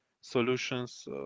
solutions